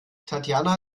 tatjana